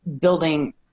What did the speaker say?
building